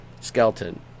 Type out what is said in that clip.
Skeleton